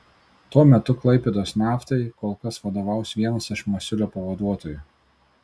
tuo metu klaipėdos naftai kol kas vadovaus vienas iš masiulio pavaduotojų